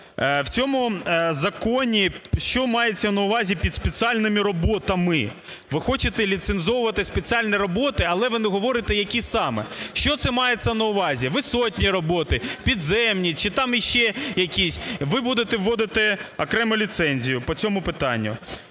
В цьому законі, що мається на увазі під спеціальними роботами? Ви хочете ліцензувати спеціальні роботи, але ви не говорите, які саме. Що це мається на увазі: висотні роботи, підземні чи там ще якісь? Ви будете вводити окрему ліцензію по цьому питанню.